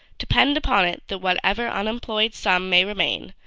depend upon it that whatever unemployed sum may remain,